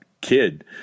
kid